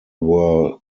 were